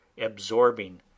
absorbing